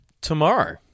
tomorrow